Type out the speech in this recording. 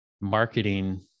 marketing